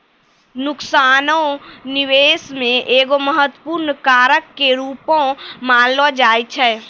नुकसानो निबेश मे एगो महत्वपूर्ण कारक के रूपो मानलो जाय छै